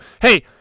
hey